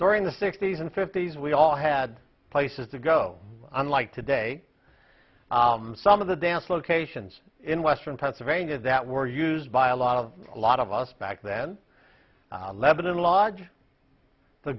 during the sixty's and fifty's we all had places to go on like today some of the dance locations in western pennsylvania that were used by a lot of a lot of us back then lebanon lodge the